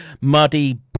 muddy